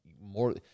more